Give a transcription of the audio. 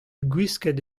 gwisket